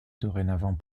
dorénavant